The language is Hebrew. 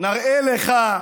נראה לך,